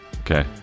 Okay